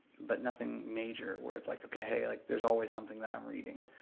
but nothing major where it's like, okay, hey, like there's always something that i'm reading.